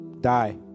die